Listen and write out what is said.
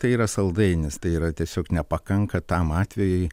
tai yra saldainis tai yra tiesiog nepakanka tam atvejui